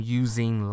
using